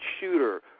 Shooter